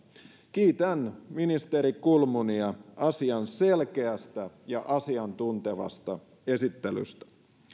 kiitän ministeri kulmunia asian selkeästä ja asiantuntevasta esittelystä